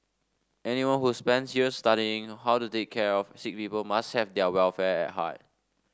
anyone who spends years studying how to take care of sick people must have their welfare at heart